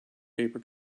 paper